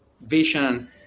vision